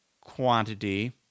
quantity